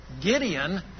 Gideon